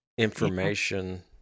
information